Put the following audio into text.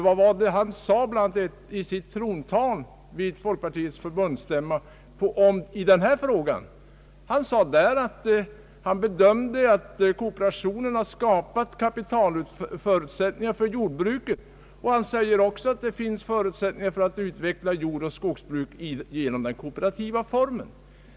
Vad sade han i sitt trontal vid folkpartiets förbundsstämma i denna fråga? Jo, att kooperationen skapat kapitalförutsättningar för jordbruket och att det finns förutsättningar att utveckla jordoch skogsbruket i den kooperativa formen.